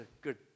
good